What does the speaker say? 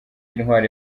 intwari